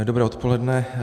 Dobré odpoledne.